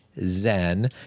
Zen